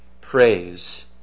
praise